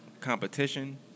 competition